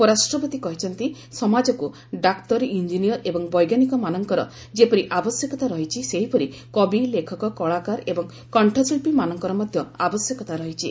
ଉପରାଷ୍ଟ୍ରପତି କହିଛନ୍ତି ସମାଜକ୍ର ଡାକ୍ତର ଇଞ୍ଜିନିୟର୍ ଏବଂ ବୈଜ୍ଞାନିକମାନଙ୍କର ଯେପରି ଆବଶ୍ୟକତା ରହିଛି ସେହିପରି କବି ଲେଖକ କଳାକାର ଏବଂ କଣ୍ଠଶିଳ୍ପୀମାନଙ୍କର ମଧ୍ୟ ଆବଶ୍ୟକତା ରହିଛି